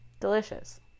Delicious